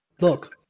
Look